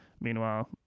Meanwhile